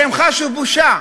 אפשר שהם חשו בושה,